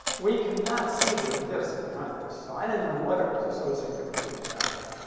we could not see the disc behind this. so i didn't know what it was associated with exactly.